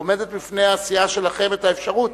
עומדת בפני הסיעה שלכם האפשרות.